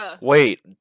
Wait